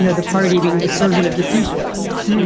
you know the party being the servant of the people and not